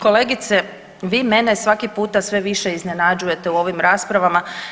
Kolegice vi mene svaki puta sve više iznenađujete u ovim raspravama.